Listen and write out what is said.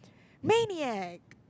maniac